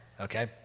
okay